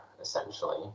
essentially